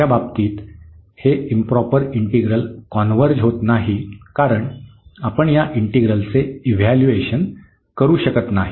दुसर्या बाबतीत हे इंप्रॉपर इंटिग्रल कॉन्व्हर्ज होत नाही कारण आपण या इंटीग्रलचे इव्हॅल्यूएशन करू शकत नाही